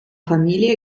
familie